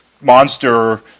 monster